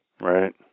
Right